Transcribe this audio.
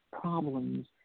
problems